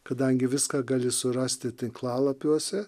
kadangi viską gali surasti tinklalapiuose